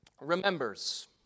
remembers